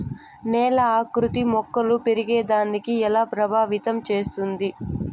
నేల ఆకృతి మొక్కలు పెరిగేదాన్ని ఎలా ప్రభావితం చేస్తుంది?